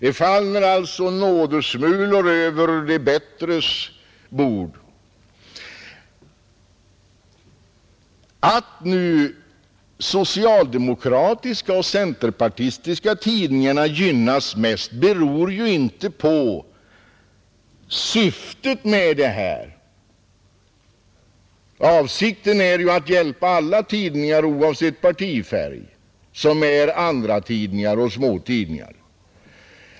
Det faller alltså nådesmulor över de bättres bord. Att nu socialdemokratiska och centerpartistiska tidningar gynnas mest beror ju inte på syftet med det här stödet. Avsikten är ju att oavsett partifärg hjälpa alla andratidningar och småtidningar.